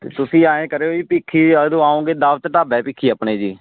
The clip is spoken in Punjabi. ਤੁਸੀਂ ਆਏਂ ਕਰਿਓ ਜੀ ਭਿੱਖੀ ਜਦੋਂ ਆਓਗੇ ਦਾਵਤ ਢਾਬਾ ਭਿੱਖੀ ਆਪਣੇ ਜੀ